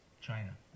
China